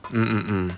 mm mm mm